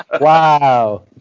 Wow